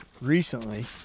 recently